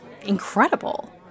incredible